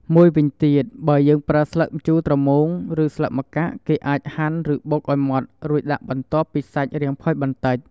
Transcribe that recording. មួយវិញទៀតបើយើងប្រើស្លឹកម្ជូរត្រមូងឬស្លឹកម្កាក់គេអាចហាន់ឬបុកឱ្យម៉ដ្ឋរូចដាក់បន្ទាប់ពីសាច់រាងផុយបន្តិច។